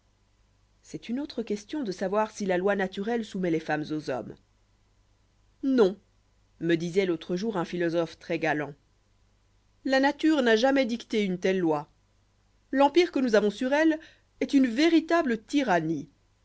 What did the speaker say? c'est une autre question de savoir si la loi naturelle soumet les femmes aux hommes non me disoit l'autre jour un philosophe très galant la nature n'a jamais dicté une telle loi l'empire que nous avons sur elles est une véritable tyrannie